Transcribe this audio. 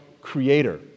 creator